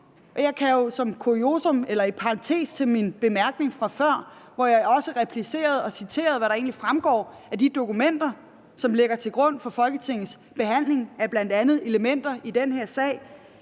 Jeg kan jo som kuriosum eller i parentes til min bemærkning fra før – hvor jeg også replicerede og citerede, hvad der egentlig fremgår af de dokumenter, som ligger til grund for Folketingets behandling af bl.a. elementer i den her sag